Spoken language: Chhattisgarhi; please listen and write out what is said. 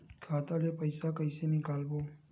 खाता ले पईसा कइसे निकालबो?